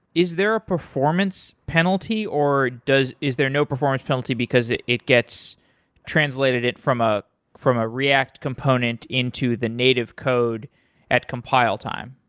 is there a performance penalty or is there no performance penalty because it it gets translated it from ah from a react component into the native code at compile time?